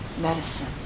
medicine